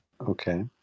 Okay